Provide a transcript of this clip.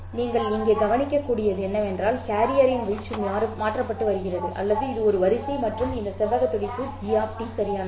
நீங்கள் இங்கே கவனிக்கக்கூடியது என்னவென்றால் கேரியரின் வீச்சு மாற்றப்பட்டு வருகிறது அல்லது இது ஒரு வரிசை மற்றும் இந்த செவ்வக துடிப்பு g சரியானது